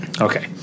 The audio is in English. Okay